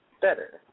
better